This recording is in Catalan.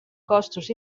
costos